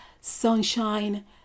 sunshine